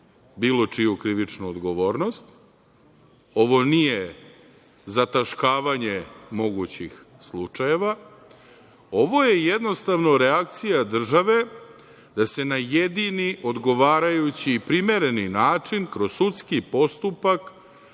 bilo čiju krivičnu odgovornost. Ovo nije zataškavanje mogućih slučajeva. Ovo je jednostavno reakcija države da se na jedini odgovarajući i primereni način kroz sudski postupak